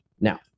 Now